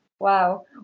Wow